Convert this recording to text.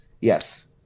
Yes